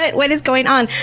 what is going on?